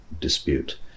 dispute